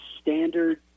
standard